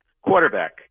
quarterback